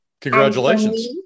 Congratulations